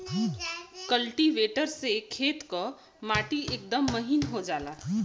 cultivator से खेत क माटी एकदम महीन हो जाला